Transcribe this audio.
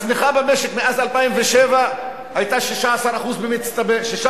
הצמיחה במשק מאז 2007 היתה 16% במצטבר.